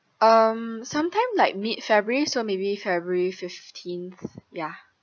um some time like mid february so maybe february fifteenth ya